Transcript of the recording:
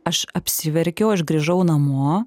aš apsiverkiau aš grįžau namo